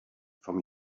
from